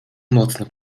mocno